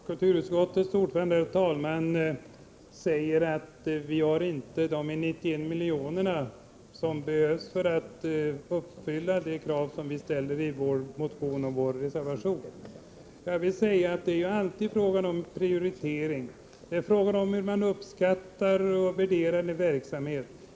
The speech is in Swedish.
Herr talman! Kulturutskottets ordförande säger att de 91 miljoner som behövs för att uppfylla de krav vi ställer i vår motion och i vår reservation inte finns. Jag vill påstå att det alltid är fråga om prioritering — det är fråga om hur man uppskattar och värderar en verksamhet.